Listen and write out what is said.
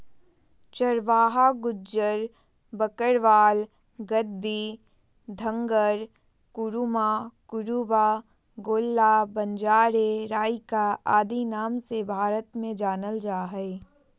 चरवाहा गुज्जर, बकरवाल, गद्दी, धंगर, कुरुमा, कुरुबा, गोल्ला, बंजारे, राइका आदि नाम से भारत में जानल जा हइ